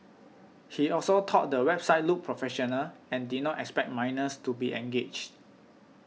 he also thought the website looked professional and did not expect minors to be engaged